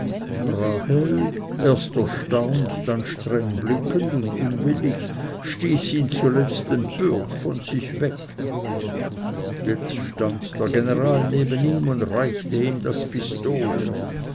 erst erstaunt dann strengblickend und unwillig stieß ihn zuletzt empört von sich weg jetzt stand der general neben ihm und reichte ihm das pistol